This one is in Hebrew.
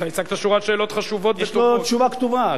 אתה הצגת שורת שאלות חשובות, יש לו תשובה כתובה.